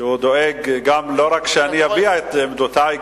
שדואג לא רק שאני אביע את עמדותי,